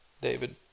David